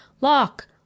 LOCK